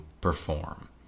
perform